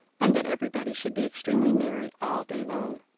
and that every body should be extremely merry all day long.